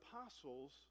apostles